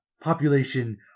Population